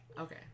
Okay